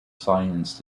science